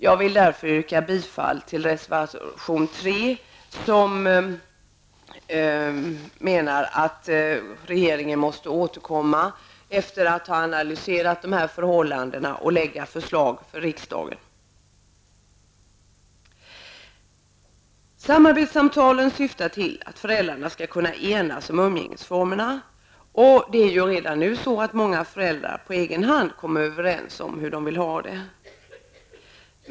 Jag vill därför yrka bifall till reservation 3, där det framhålls att regeringen måste återkomma efter att ha analyserat förhållandena och lägga fram förslag för riksdagen. Samarbetssamtalen syftar till att föräldrarna skall kunna enas om umgängesformerna, och många föräldrar kommer ju redan nu på egen hand överens om hur de vill ha det.